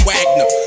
Wagner